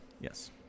Yes